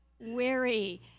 weary